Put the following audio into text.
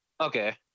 okay